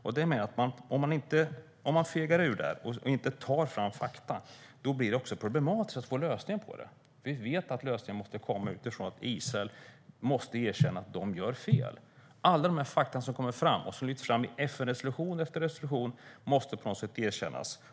Om man fegar ur där och inte tar fram fakta blir det också problematiskt att få lösningen på det. Vi vet att lösningen måste komma utifrån att Israel erkänner att de gör fel. Alla fakta som kommer fram och som lyfts fram i FN-resolution efter FN-resolution måste erkännas.